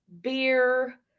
beer